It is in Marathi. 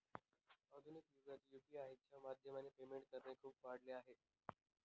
आधुनिक युगात यु.पी.आय च्या माध्यमाने पेमेंट करणे खूप वाढल आहे